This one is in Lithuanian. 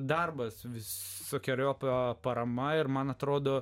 darbas visokeriopa parama ir man atrodo